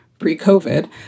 pre-COVID